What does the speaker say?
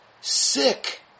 sick